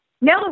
No